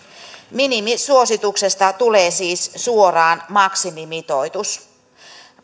minimisuosituksesta tulee siis suoraan maksimimitoitus